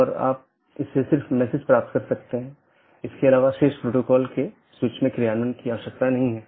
तो यह ऐसा नहीं है कि यह OSPF या RIP प्रकार के प्रोटोकॉल को प्रतिस्थापित करता है